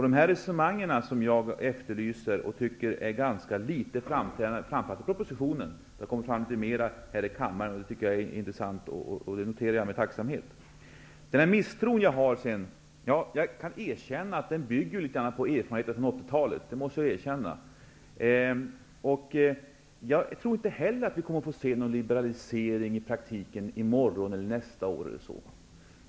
De resonemang som jag efterlyser och som är ganska litet framträdande, framför allt i propositionen, har kommit fram litet mera i kammaren, och det noterar jag med tacksamhet. Jag måste erkänna att den misstro som jag känner bygger litet grand på erfarenheter från 80-talet. Jag tror inte heller att vi i praktiken kommer att få se någon liberalisering i morgon, nästa år eller så.